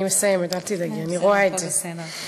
אני מסיימת, אל תדאגי, אני רואה את זה.